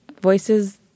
voices